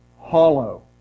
Hollow